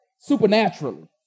Supernaturally